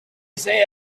say